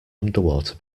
underwater